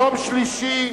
יום שלישי,